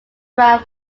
around